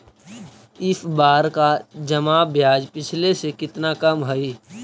इस बार का जमा ब्याज पिछले से कितना कम हइ